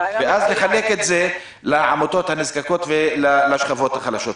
ואז לחלק את זה לעמותות הנזקקות ולשכבות החלשות.